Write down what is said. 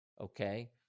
okay